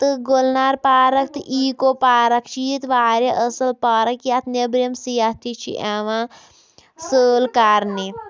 تہٕ گُلنار پارک تہٕ eco park چھِ ییٚتہِ واریاہ اَصٕل پارک یَتھ نیٚبرِم سیاح تہِ چھِ یِوان سٲر کَرنہِ